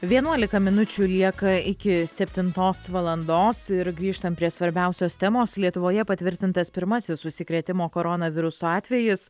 vienuolika minučių lieka iki septintos valandos ir grįžtam prie svarbiausios temos lietuvoje patvirtintas pirmasis užsikrėtimo koronavirusu atvejis